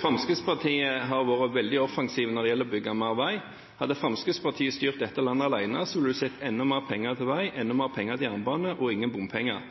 Fremskrittspartiet har vært veldig offensivt når det gjelder å bygge mer vei. Hadde Fremskrittspartiet styrt dette landet alene, ville representanten sett enda mer penger til vei, enda mer penger til jernbane, og ingen bompenger,